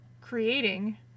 creating